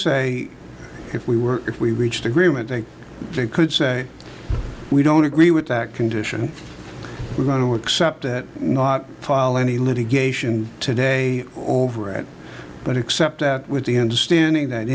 say if we were if we reached agreement that they could say we don't agree with that condition we're going to accept it not file any litigation today over at but except at the end standing that